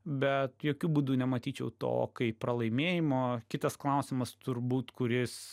bet jokiu būdu nematyčiau to kaip pralaimėjimo kitas klausimas turbūt kuris